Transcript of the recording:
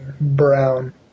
Brown